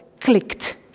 clicked